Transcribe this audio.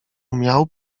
miał